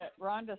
Rhonda